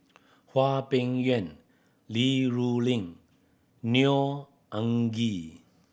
Hwang Peng Yuan Li Rulin Neo Anngee